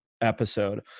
episode